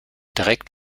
direkt